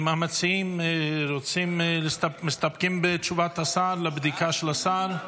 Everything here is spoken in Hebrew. האם המציעים מסתפקים בתשובת השר, לבדיקה של השר?